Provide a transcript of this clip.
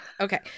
Okay